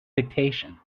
dictation